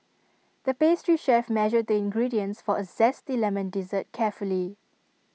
the pastry chef measured the ingredients for A Zesty Lemon Dessert carefully